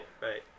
right